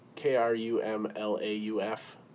K-R-U-M-L-A-U-F